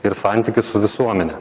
ir santykį su visuomene